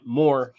more